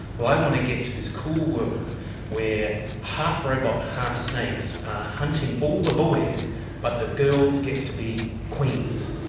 well, i want to get to this cool world where half-robot, half-snakes are hunting all the boys but the girls get to be queens.